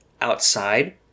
outside